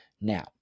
Now